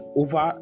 over